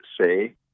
say